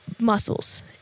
muscles